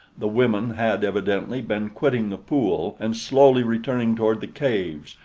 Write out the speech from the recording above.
the women had, evidently, been quitting the pool and slowly returning toward the caves,